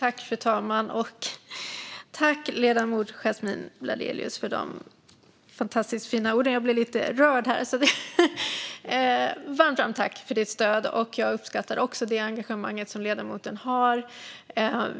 Fru talman! Tack, ledamoten Yasmine Bladelius, för de fantastiskt fina orden! Jag blir lite rörd här. Varmt tack för ditt stöd! Jag uppskattar också det engagemang som ledamoten har.